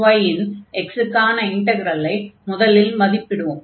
fxy இன் x க்கான இன்டக்ரலை முதலில் மதிப்பிடுவோம்